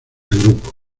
grupo